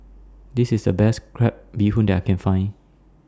This IS The Best Crab Bee Hoon that I Can Find